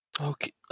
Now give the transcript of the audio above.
Okay